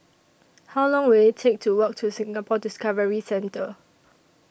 How Long Will IT Take to Walk to Singapore Discovery Centre